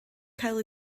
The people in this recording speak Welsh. cael